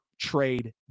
trade